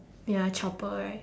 ya chopper right